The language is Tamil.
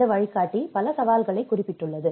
இந்த வழிகாட்டி பல சவால்களை குறிப்பிட்டுள்ளது